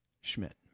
Schmidt